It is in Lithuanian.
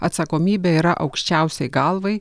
atsakomybė yra aukščiausiai galvai